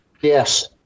Yes